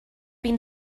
been